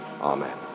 Amen